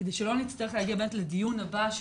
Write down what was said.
כדי שלא נצטרך להגיע לדיון הבא,